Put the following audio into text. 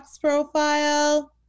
profile